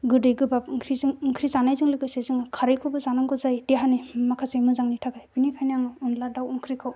गोदै गोबाब आंख्रिजों आंख्रि जानाय जोलैफोरजों जों खारैखौ जानांगौ जायो देहानि माखासे मोजांनि थाखाय बेनिखायनो आं अनला दाउ आंख्रिखौ